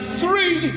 three